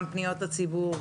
גם בפניות הציבור,